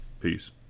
Peace